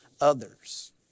others